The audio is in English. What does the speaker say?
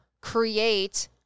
create